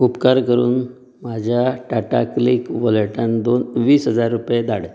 उपकार करून म्हज्या टाटा क्लीक वॉलेटान दोन वीस हजार रुपया धाड